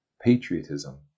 patriotism